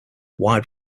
wide